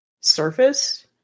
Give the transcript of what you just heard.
surface